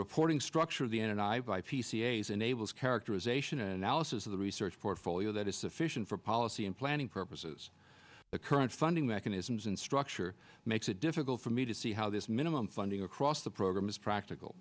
reporting structure of the n i by p c a is enables characterization analysis of the research portfolio that is sufficient for policy and planning purposes the current funding mechanisms and structure makes it difficult for me to see how this minimum funding across the program is practical